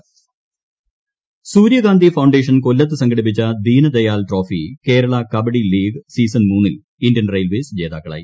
kabaddi league season Kollam Suryakanthi foundation കൊല്ലത്ത് സംഘടിപ്പിച്ച Deendayal trophy Kerala kabaddi league season മൂന്നിൽ ഇന്ത്യൻ റെയിൽവേസ് ജേതാക്കളായി